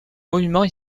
monuments